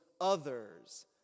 others